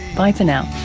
bye for now